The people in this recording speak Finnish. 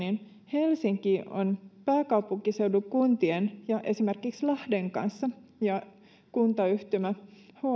helsinki on pääkaupunkiseudun kuntien ja esimerkiksi lahden kanssa ja kuntayhtymä hsyn